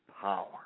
power